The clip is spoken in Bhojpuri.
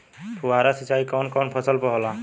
फुहार सिंचाई कवन कवन फ़सल पर होला?